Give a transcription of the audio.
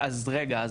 אז רגע,